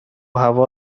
هوا